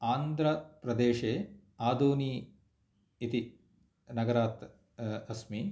आन्ध्रप्रदेशे आधोनि इति नगरात् अस्मि